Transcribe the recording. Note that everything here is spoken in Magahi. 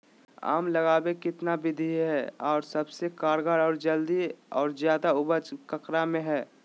आम लगावे कितना विधि है, और सबसे कारगर और जल्दी और ज्यादा उपज ककरा में है?